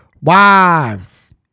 wives